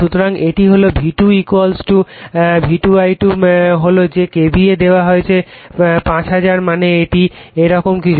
সুতরাং এটি হল V2 V2 I2 হল যে KVA দেওয়া হয়েছে 5000 মানে এটি এরকম কিছু